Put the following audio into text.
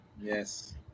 Yes